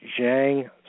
Zhang